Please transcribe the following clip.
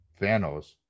Thanos